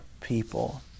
people